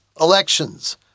elections